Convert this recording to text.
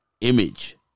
image